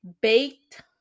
baked